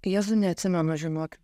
jezau neatsimenu žinokit